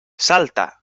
salta